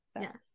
yes